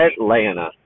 Atlanta